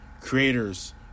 creators